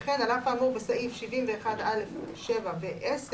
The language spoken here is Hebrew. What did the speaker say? וכן, על אף האמור בסעיף 71(א)(7) ו־(10)